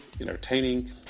entertaining